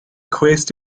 cwest